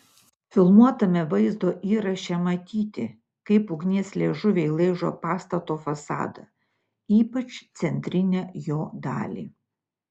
filmuotame vaizdo įraše matyti kaip ugnies liežuviai laižo pastato fasadą ypač centrinę jo dalį